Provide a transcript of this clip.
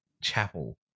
chapel